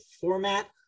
format